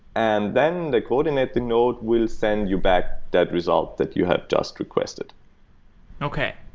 and then, the coordinating node will send you back that result that you have just requested okay.